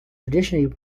traditionally